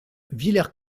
villers